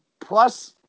Plus